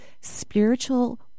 spiritual